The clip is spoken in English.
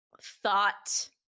thought